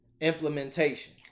implementation